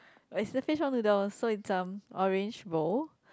it's the fishball bowl noodles so it's um orange bowl